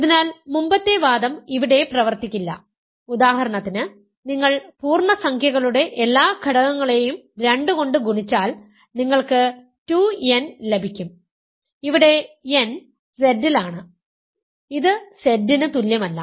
അതിനാൽ മുമ്പത്തെ വാദം ഇവിടെ പ്രവർത്തിക്കില്ല ഉദാഹരണത്തിന് നിങ്ങൾ പൂർണ്ണസംഖ്യകളുടെ എല്ലാ ഘടകങ്ങളെയും 2 കൊണ്ട് ഗുണിച്ചാൽ നിങ്ങൾക്ക് 2 n ലഭിക്കും ഇവിടെ n Z ൽ ആണ് ഇത് Z ന് തുല്യമല്ല